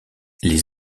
les